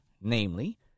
namely